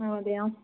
ഓ അതെയോ